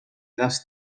gas